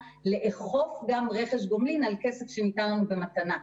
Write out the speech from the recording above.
לאכוף גם רכש גומלין על כסף שניתן לנו במתנה.